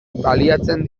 baliatzen